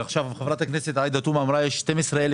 וחברת הכנסת עאידה תומא אמרה שיש 12,000